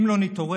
אם לא נתעורר,